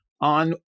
on